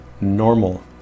normal